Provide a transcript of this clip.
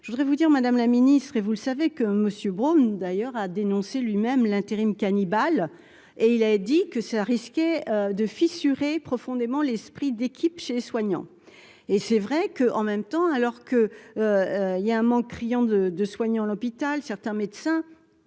je voudrais vous dire madame la ministre, et vous le savez que Monsieur Brom, d'ailleurs, a dénoncé lui-même l'intérim cannibales et il a dit que ça risquait de fissurer profondément l'esprit d'équipe chez soignants et c'est vrai que, en même temps, alors que, il y a un manque criant de de soignant l'hôpital certains médecins